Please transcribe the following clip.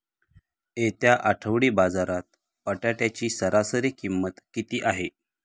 येत्या आठवडी बाजारात बटाट्याची सरासरी किंमत किती आहे?